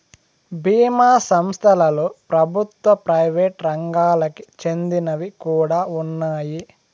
బీమా సంస్థలలో ప్రభుత్వ, ప్రైవేట్ రంగాలకి చెందినవి కూడా ఉన్నాయి